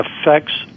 affects